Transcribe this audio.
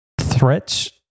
threats